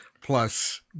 plus